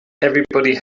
everyone